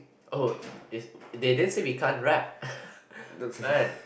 oh is they didn't say we can't rap man